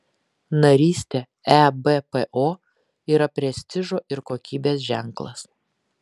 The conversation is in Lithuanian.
narystė ebpo yra prestižo ir kokybės ženklas